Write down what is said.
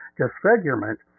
disfigurement